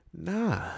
Nah